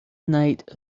night